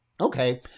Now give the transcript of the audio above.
okay